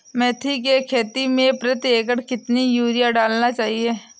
मेथी के खेती में प्रति एकड़ कितनी यूरिया डालना चाहिए?